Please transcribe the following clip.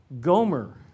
Gomer